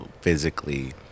physically